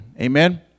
Amen